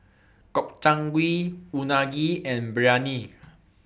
Gobchang Gui Unagi and Biryani